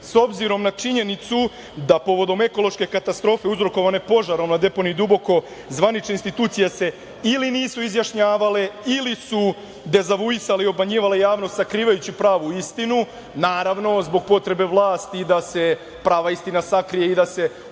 obzirom na činjenicu da povodom ekološke katastrofe uzrokovane požarom, na deponiji Duboko zvanične institucije se ili nisu izjašnjavale ili su dezavuisali, obmanjivale javnost sakrivajući pravu istinu, naravno zbog potrebe vlasti da se prava istina sakrije, da se ublaži